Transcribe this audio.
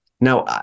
now